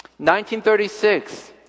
1936